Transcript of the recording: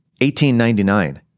1899